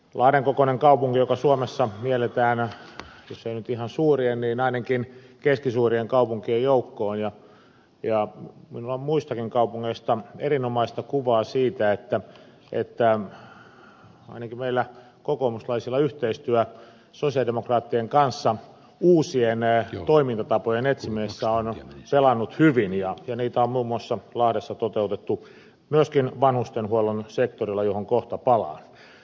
lahden kokoinen kaupunki suomessa mielletään jos ei nyt ihan suurien niin ainakin keskisuurien kaupunkien joukkoon ja minulla on muistakin kaupungeista erinomaista kuvaa siitä että ainakin meillä kokoomuslaisilla yhteistyö sosialidemokraattien kanssa uusien toimintatapojen etsimisessä on pelannut hyvin ja sitä on muun muassa lahdessa toteutettu myöskin vanhustenhuollon sektorilla johon kohta palaan